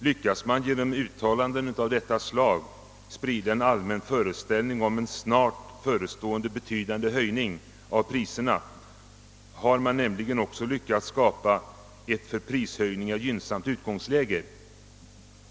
Lyckas man genom uttalanden av detta slag sprida en allmän föreställning om en snart förestående betydande höjning av priserna, har man nämligen också lyckats skapa ett för prishöjningar gynnsamt utgångsläge.